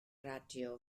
radio